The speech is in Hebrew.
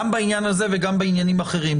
גם בעניין הזה וגם בעניינים אחרים.